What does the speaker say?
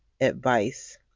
advice